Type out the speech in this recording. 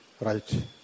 Right